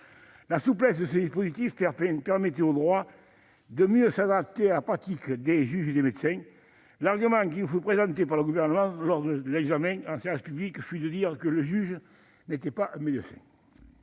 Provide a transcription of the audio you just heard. La souplesse de ce dispositif permettait au droit de mieux s'adapter à la pratique des juges et des médecins. L'argument qui nous fut présenté par le Gouvernement lors de notre examen en séance publique fut de dire que le juge n'est pas médecin